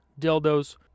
dildos